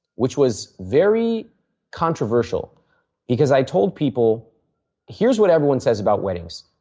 which was very controversial because i told people here is what everyone says about wedding.